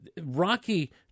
Rocky